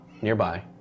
nearby